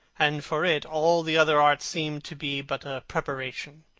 and for it all the other arts seemed to be but a preparation.